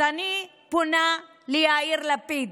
אז אני פונה ליאיר לפיד: